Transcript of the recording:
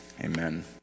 Amen